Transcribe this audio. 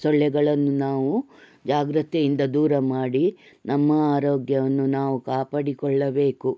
ಸೊಳ್ಳೆಗಳನ್ನು ನಾವು ಜಾಗೃತೆಯಿಂದ ದೂರ ಮಾಡಿ ನಮ್ಮ ಆರೋಗ್ಯವನ್ನು ನಾವು ಕಾಪಾಡಿಕೊಳ್ಳಬೇಕು